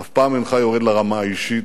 אף פעם אינך יורד לרמה האישית.